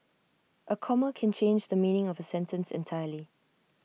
A comma can change the meaning of A sentence entirely